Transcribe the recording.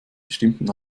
bestimmten